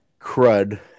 crud